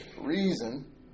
reason